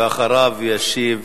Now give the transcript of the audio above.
ואחריו, ישיב